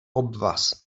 obvaz